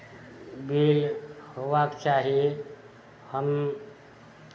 bill होयबाक चाही हम